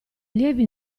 allievi